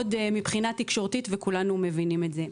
מבחינה תקשורתית וכולנו מבינים את זה.